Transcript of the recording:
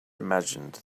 imagined